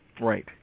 Right